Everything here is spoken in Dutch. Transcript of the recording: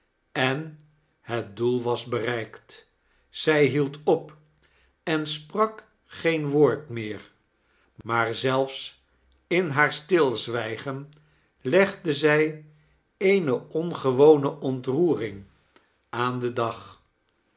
en het doel was bereikt zij hield op en sprak geen woord meer maar zelfs in haar stilzwijgen legde zij eene ongewone ontroering aan den dag